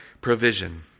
provision